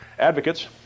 Advocates